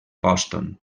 boston